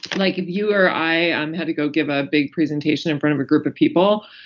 like if you or i had to go give a big presentation in front of a group of people,